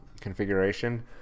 configuration